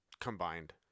combined